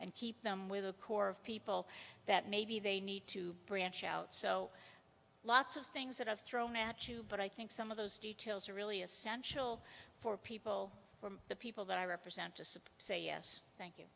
and keep them with a core of people that maybe they need to branch out so lots of things that are thrown at you but i think some of those details are really essential for people the people that i represent to support say yes thank you